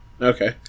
Okay